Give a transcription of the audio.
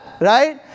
right